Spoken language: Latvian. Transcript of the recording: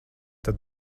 tad